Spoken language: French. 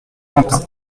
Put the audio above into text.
quentin